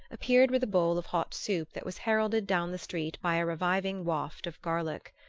appeared with a bowl of hot soup that was heralded down the street by a reviving waft of garlic.